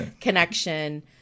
connection